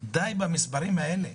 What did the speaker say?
די עם המספרים האלה.